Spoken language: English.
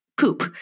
poop